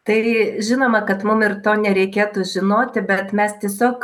tai žinoma kad mum ir to nereikėtų žinoti bet mes tiesiog